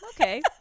okay